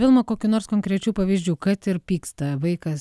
vilma kokių nors konkrečių pavyzdžių kad ir pyksta vaikas